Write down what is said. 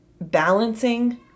balancing